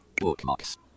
Bookmarks